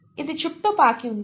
ఇది చుట్టూ పాకి ఉంది